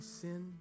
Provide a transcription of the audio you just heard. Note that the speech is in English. sin